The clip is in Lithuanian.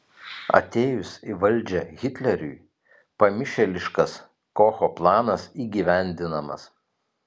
atėjus į valdžią hitleriui pamišėliškas kocho planas įgyvendinamas